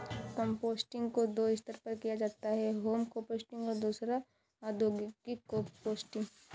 composting को दो स्तर पर किया जाता है होम कंपोस्टिंग और दूसरा औद्योगिक कंपोस्टिंग